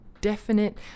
definite